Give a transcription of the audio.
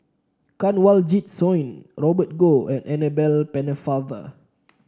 Kanwaljit Soin Robert Goh and Annabel Pennefather